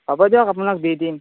হ'ব দিয়ক আপোনাক দি দিম